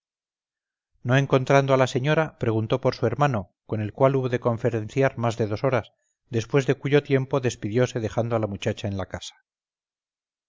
no encontrando a la señora preguntó por su hermano con el cual hubo de conferenciar más de dos horas después de cuyo tiempo despidiose dejando a la muchacha en la casa